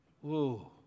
Whoa